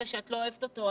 שאת לא אוהבת אותו,